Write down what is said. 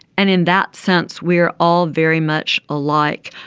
and in that sense we're all very much alike.